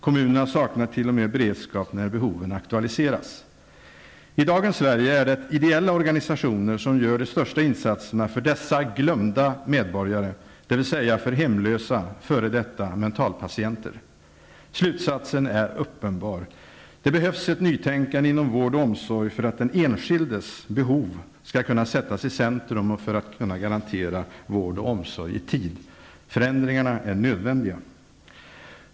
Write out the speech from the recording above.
Kommunerna saknar t.o.m. beredskap när behoven aktualiseras. I dagens Sverige är det ideella organisationer som gör de största insatserna för dessa glömda medborgare, dvs. för hemlösa f.d. mentalpatienter. Slutsatsen är uppenbar: Det behövs ett nytänkande inom vård och omsorg för att den enskildes behov skall kunna sättas i centrum och för att kunna garantera vård och omsorg i tid. Förändringar är nödvändiga!